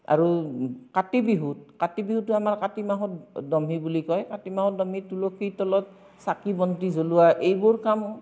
আৰু কাতি বিহুত কাতি বিহুটো আমাৰ কাতি মাহৰ দমহি বুলি কয় কাতি মাহৰ দমহিত তুলসীৰ তলত চাকি বন্তি জ্বলোৱা এইবোৰ কাম